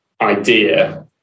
idea